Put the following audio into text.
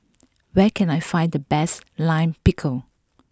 where can I find the best Lime Pickle